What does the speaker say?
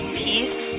peace